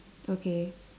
okay